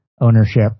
ownership